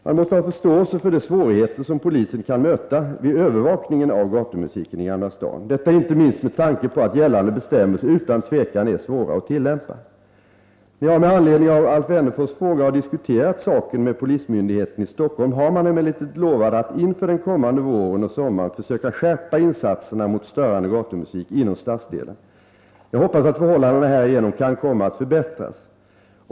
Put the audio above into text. Man måste ha förståelse för de svårigheter som polisen kan möta vid övervakningen av gatumusiken i Gamla stan, detta inte minst med tanke på att gällande bestämmelser utan tvivel är svåra att tillämpa. När jag med anledning av Alf Wennerfors fråga har diskuterat saken med polismyndigheten i Stockholm har man emellertid lovat att inför den kommande våren och sommaren försöka skärpa insatserna mot störande gatumusik inom stadsdelen. Jag hoppas att förhållandena härigenom kan komma att förbättras.